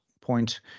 point